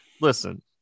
listen